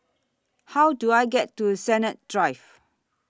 How Do I get to Sennett Drive